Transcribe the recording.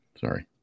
Sorry